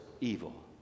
evil